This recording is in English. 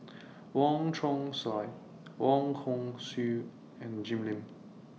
Wong Chong Sai Wong Hong Suen and Jim Lim